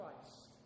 Christ